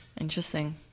Interesting